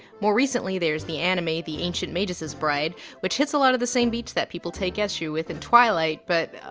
more recently. there's the anime the ancient magus bride which hits a lot of the same beats that people take issue with in twilight, but